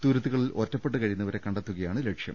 തുരുത്തുകളിൽ ഒറ്റപ്പെട്ട് കഴിയുന്നവരെ കണ്ടെ ത്തുകയാണ് ലക്ഷ്യം